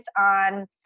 on